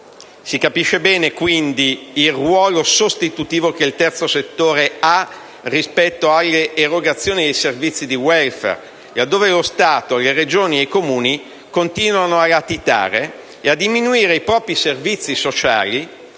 Si capisce bene, quindi, il ruolo sostitutivo che il terzo settore ha rispetto alla erogazione dei servizi di *welfare*, laddove lo Stato, le Regioni e i Comuni continuano a latitare e a diminuire i propri servizi sociali